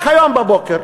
רק היום בבוקר